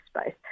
space